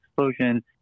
explosion